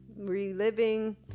reliving